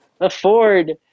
afford